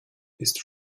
ist